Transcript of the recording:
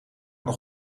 nog